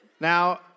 Now